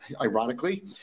ironically